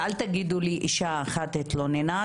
ואל תגידו לי אישה אחת התלוננה,